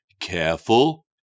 careful